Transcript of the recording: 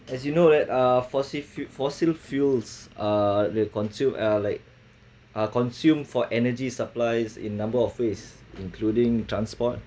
as you know that uh fossil fu~ fossil fuels uh they consume uh like are consumed for energy supplies in number of face including transport